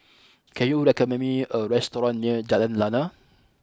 can you recommend me a restaurant near Jalan Lana